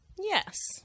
Yes